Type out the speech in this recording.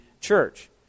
church